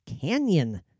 Canyon